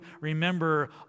remember